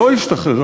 לא השתחררה